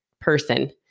person